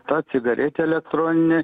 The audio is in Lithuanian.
ta cigaretė elektroninė